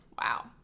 Wow